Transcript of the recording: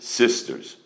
sisters